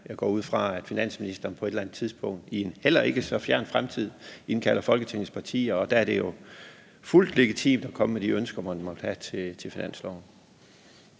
Jeg går ud fra, at finansministeren på et eller andet tidspunkt i en heller ikke så fjern fremtid indkalder Folketingets partier. Og der er det jo fuldt legitimt at komme med de ønsker, man måtte have til finansloven.